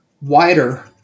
wider